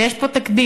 ויש פה תקדים,